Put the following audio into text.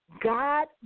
God